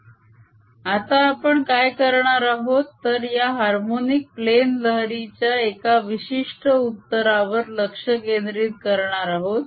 B 2B00∂t B∂t 2B002Bt2 आता आपण काय करणार आहोत तर या हार्मोनिक प्लेन लहरीच्या एका विशिष्ट उत्तरावर लक्ष केंद्रित करणार आहोत